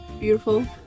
beautiful